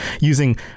using